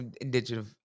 indigenous